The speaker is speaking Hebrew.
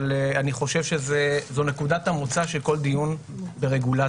אבל אני חושב שזאת נקודת המוצא של כל דיון ברגולציה,